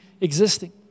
existing